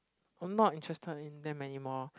I'm not interested in them anymore